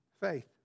Faith